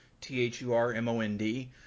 t-h-u-r-m-o-n-d